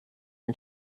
ein